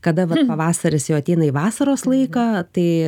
kada vat pavasaris jau ateina į vasaros laiką tai